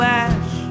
ash